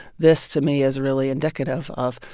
this, to me, is really indicative of,